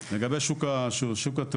לגבי "שוק התאונות",